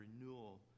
renewal